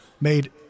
made